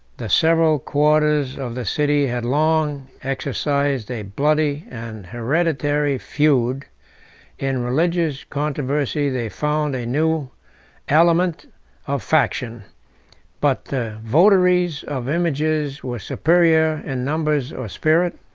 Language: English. the several quarters of the city had long exercised a bloody and hereditary feud in religious controversy they found a new aliment of faction but the votaries of images were superior in numbers or spirit,